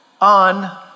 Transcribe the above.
on